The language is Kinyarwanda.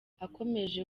akomeje